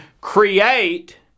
create